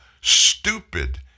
stupid